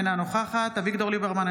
אינה נוכחת אביגדור ליברמן,